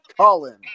Colin